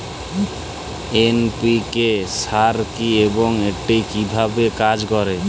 NPK সার কি এবং এটি কিভাবে কাজ করে?